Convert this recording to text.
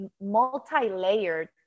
multi-layered